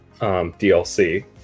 DLC